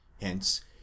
Hence